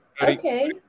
Okay